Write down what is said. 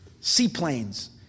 seaplanes